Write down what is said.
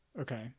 Okay